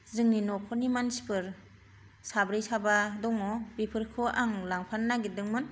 जोंनि नखरनि मानसिफोर साब्रै साबा दङ बेफोरखौ आं लांफानो नागिरदोंमोन